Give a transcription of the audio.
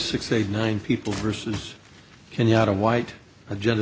six eight nine people versus can you not a white agenda